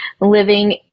living